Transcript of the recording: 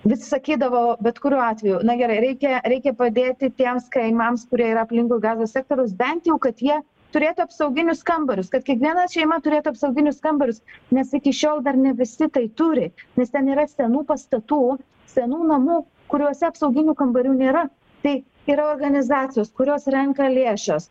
vis sakydavo bet kuriuo atveju na gerai reikia reikia padėti tiems kaimams kurie yra aplinkui gazos sektoriaus bent jau kad jie turėtų apsauginius kambarius kad kiekviena šeima turėtų apsauginius kambarius nes iki šiol dar ne visi tai turi nes ten yra senų pastatų senų namų kuriuose apsauginių kambarių nėra tai yra organizacijos kurios renka lėšas